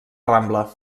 rambla